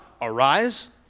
arise